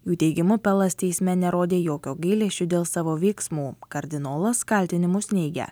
jų teigimu pelas teisme nerodė jokio gailesčio dėl savo veiksmų kardinolas kaltinimus neigia